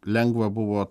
lengva buvo